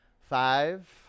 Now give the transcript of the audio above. Five